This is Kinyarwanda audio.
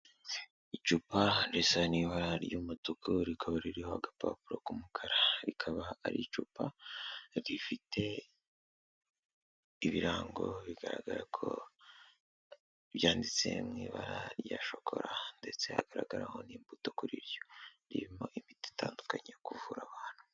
Icupa risa n'ibara ry'umutuku rikaba ririho agapapuro k'umukara. Rikaba ari icupa rifite ibirango bigaragara ko byanditse mu ibara rya shokora ndetse hagaragaraho n'imbuto kuri ryo. Ririmo imiti itandukanye yo kuvura abantu.